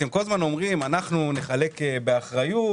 אתם אומרים נחלק באחריות,